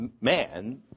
man